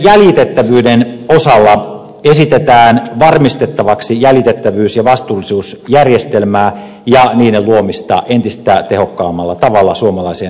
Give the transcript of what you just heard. tuotteiden jäljitettävyyden osalta esitetään varmistettavaksi jäljitettävyys ja vastuullisuusjärjestelmää ja niiden luomista entistä tehokkaammalla tavalla suomalaiseen elintarvikeketjuun